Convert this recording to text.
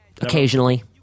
Occasionally